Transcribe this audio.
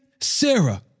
Sarah